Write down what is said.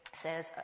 says